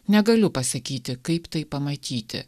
negaliu pasakyti kaip tai pamatyti